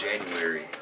January